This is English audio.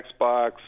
Xbox